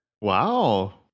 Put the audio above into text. wow